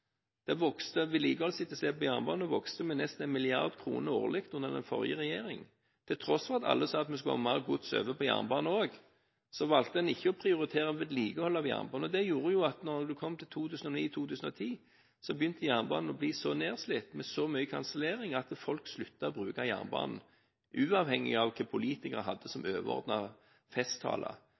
på jernbanen vokste med nesten 1 mrd. kr årlig under den forrige regjeringen. Til tross for at alle sa at vi skulle ha mer gods over på jernbane, så valgte en ikke å prioritere vedlikehold av jernbane. Og det gjorde at når en kom til 2009–2010, så begynte jernbanen å bli så nedslitt og hadde så mye kanselleringer at folk sluttet å bruke jernbanen – uavhengig av hva politikerne hadde som overordnet festtaler